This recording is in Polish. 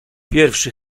pierwszy